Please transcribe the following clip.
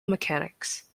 mechanics